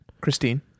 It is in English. Christine